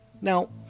Now